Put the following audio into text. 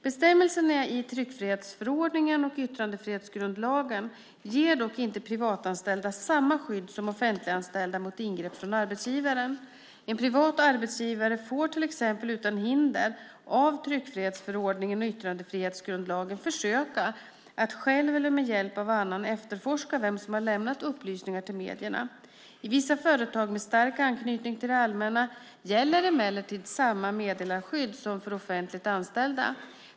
Bestämmelserna i tryckfrihetsförordningen och yttrandefrihetsgrundlagen ger dock inte privatanställda samma skydd som offentliganställda mot ingrepp från arbetsgivaren. En privat arbetsgivare får till exempel utan hinder av tryckfrihetsförordningen och yttrandefrihetsgrundlagen försöka att själv eller med hjälp av annan efterforska vem som har lämnat upplysningar till medierna. I vissa företag med stark anknytning till det allmänna gäller emellertid samma meddelarskydd som för offentligt anställda.